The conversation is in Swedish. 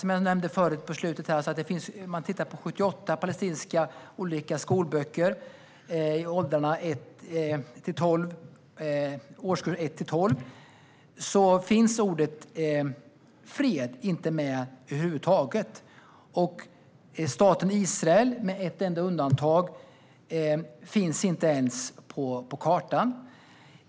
Man har tittat på 78 palestinska skolböcker - som jag nämnde tidigare - för årskurserna 1-12, och där fanns inte ordet fred med över huvud taget. Staten Israel, med ett enda undantag, finns inte ens på kartan.